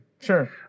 Sure